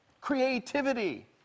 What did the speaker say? creativity